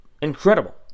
Incredible